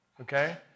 Okay